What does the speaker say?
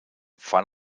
fan